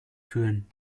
fühlen